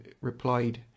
replied